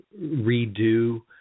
redo